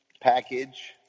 package